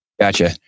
Gotcha